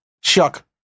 Chuck